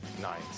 Nine